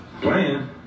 playing